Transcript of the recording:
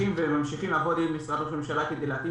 ממשיכים לעבוד עם משרד ראש הממשלה כדי להכין